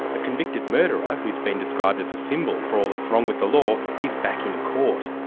a convicted murderer who's been described as a symbol for all that's wrong with the law, is back in court.